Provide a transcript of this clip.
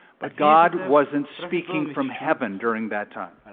but god wasn't speaking from heaven during that time.